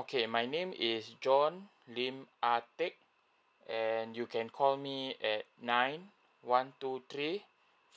okay my name is john lim ah tek and you can call me at nine one two three